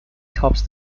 tops